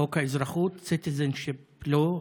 חוק האזרחות, citizenship law,